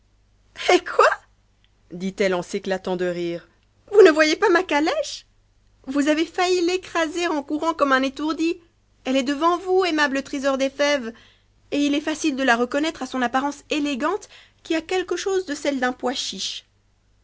eh quoi dit-elle en s'éclatant de rire vous ne voyez pas ma calèche vous avez failli t'écraser en courant comme un étourdi rite est devant vous aimable trésor des fèves et il est facile de la reconnaître a son apparence élégante qui a quelque chose de celle d'un pois chiche